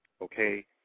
okay